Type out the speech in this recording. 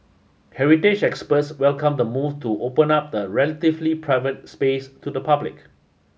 heritage experts welcomed the move to open up the relatively private space to the public